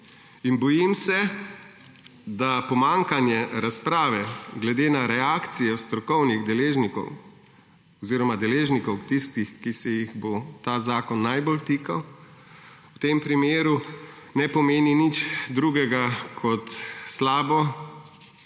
Bojim se, da pomanjkanje razprave glede na reakcijo strokovnih deležnikov oziroma tistih deležnikov, ki se jih bo ta zakon najbolj tikal, v tem primeru ne pomeni nič drugega kot slabo